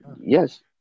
Yes